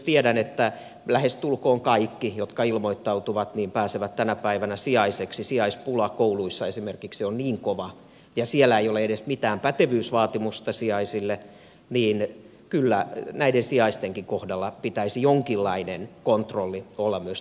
tiedän että lähestulkoon kaikki jotka ilmoittautuvat pääsevät tänä päivänä sijaiseksi sijaispula esimerkiksi kouluissa on kova ja siellä ei ole edes mitään pätevyysvaatimusta sijaisille joten kyllä sijaistenkin kohdalla pitäisi jonkinlainen kontrolli olla myös tähän tulokulmaan